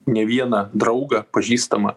ne vieną draugą pažįstamą